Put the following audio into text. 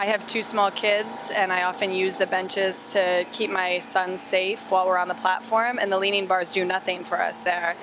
i have two small kids and i often use the benches keep my son safe while we're on the platform and the leaning bars do nothing for us there